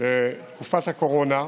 בתקופת הקורונה,